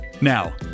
Now